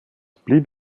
blieb